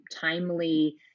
timely